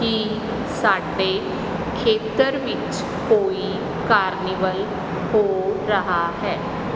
ਕੀ ਸਾਡੇ ਖੇਤਰ ਵਿੱਚ ਕੋਈ ਕਾਰਨੀਵਲ ਹੋ ਰਿਹਾ ਹੈ